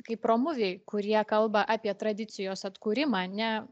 kaip romuviai kurie kalba apie tradicijos atkūrimą ne